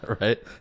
right